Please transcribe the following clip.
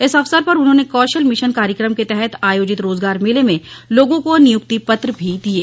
इस अवसर पर उन्होंने कौशल मिशन कार्यक्रम के तहत आयोजित रोजगार मेले में लोगों को नियुक्ति पत्र भी दिये